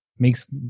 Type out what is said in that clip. makes